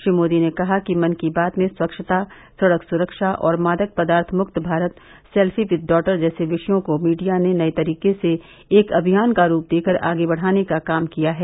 श्री मोदी ने कहा कि मन की बात में स्वच्छता सड़क सुरक्षा और मादक पदार्थ मुक्त भारत सेल्फी विद डॉटर जैसे विषयों को मीडिया ने नये तरीके से एक अभियान का रूप देकर आगे बढ़ाने का काम किया है